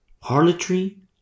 Harlotry